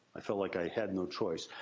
i felt like i had no choice.